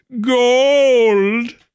gold